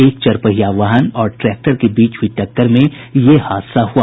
एक चरपहिया वाहन और ट्रैक्टर के बीच हुयी टक्कर में यह हादसा हुआ